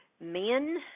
Men